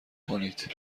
کنید